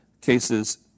cases